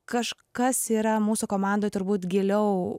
kažkas yra mūsų komandoj turbūt giliau